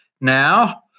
now